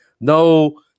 no